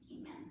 amen